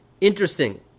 interesting